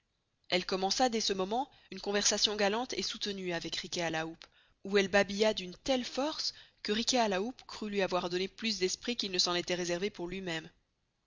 elle commença dés ce moment une conversation galante et soutenuë avec riquet à la houppe où elle brilla d'une telle force que riquet à la houppe crut luy avoir donné plus d'esprit qu'il ne s'en estoit réservé pour luy mesme